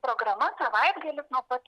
programa savaitgalis nuo pat